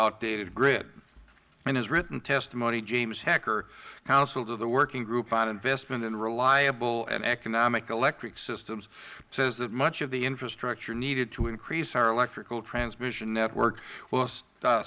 outdated grid in his written testimony james hoecker counsel to the working group on investment in reliable and economic electric systems says that much of the infrastructure needed to increase our electrical transmission network w